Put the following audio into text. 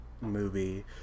movie